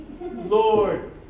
Lord